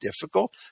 difficult